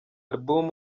album